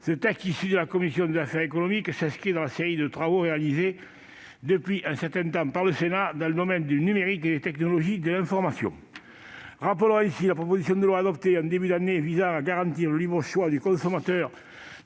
ce texte, issu de la commission des affaires économiques, s'inscrit dans la série de travaux réalisés par le Sénat, depuis un certain temps, dans le domaine du numérique et des technologies de l'information. Ainsi, rappelons la proposition de loi adoptée en début d'année visant à garantir le libre choix du consommateur